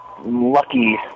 lucky